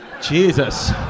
Jesus